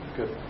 Good